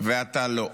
ואתה לא.